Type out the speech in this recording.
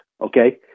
okay